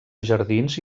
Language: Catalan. jardins